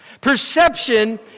Perception